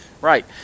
Right